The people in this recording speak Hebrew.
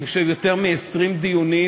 אני חושב שיותר מ-20 דיונים,